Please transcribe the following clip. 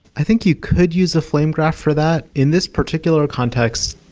i think you could use a flame graph for that. in this particular context,